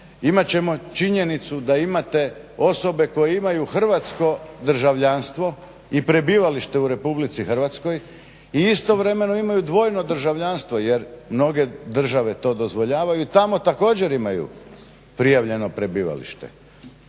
imat ćemo činjenicu da imate osobe koje imaju hrvatsko državljanstvo i prebivalište u RH i istovremeno imaju dvojno državljanstvo jer mnoge države to dozvoljavaju i tamo također imaju prijavljeno prebivalište.